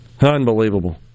Unbelievable